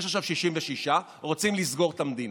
יש עכשיו 66, רוצים לסגור את המדינה.